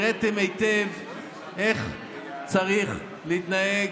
הראיתם היטב איך צריך להתנהג,